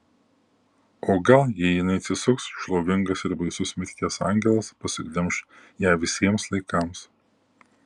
o gal jei jinai atsisuks šlovingas ir baisus mirties angelas pasiglemš ją visiems laikams